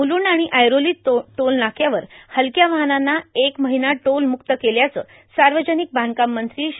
मुलुंड आणि ऐरोली टोलनाक्यावर हलक्या वाहनांना एक महिना टोल मुक्त केल्याचं सार्वजनिक बांधकाम मंत्री श्री